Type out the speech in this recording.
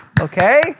Okay